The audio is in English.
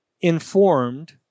informed